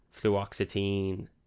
Fluoxetine